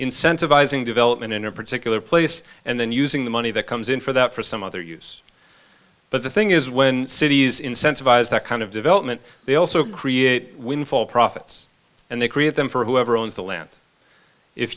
incentivizing development in a particular place and then using the money that comes in for that for some other use but the thing is when cities incentivize that kind of development they also create windfall profits and they create them for whoever owns the land if